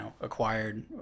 acquired